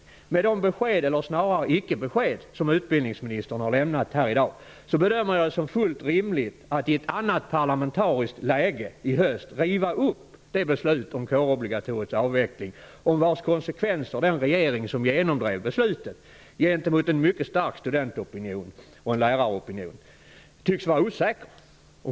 Mot bakgrund av de besked eller snarare icke-besked som utbildningsministern har lämnat här i dag bedömer jag det som fullt rimligt att i ett annat parlamentariskt läge i höst riva upp det beslut om kårobligatoriets avveckling om vars konsekvenser den regering som gentemot en mycket stark student och läraropinion genomdrev beslutet tycks vara osäker.